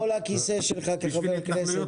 בו לכיסא שלך כחבר כנסת.